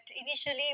initially